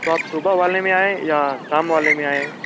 तो आप सुबह वाले में आएं या शाम वाले में आएं